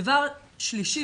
דבר שלישי,